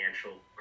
financial